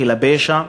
של הפשע,